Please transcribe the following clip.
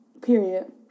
Period